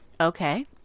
Okay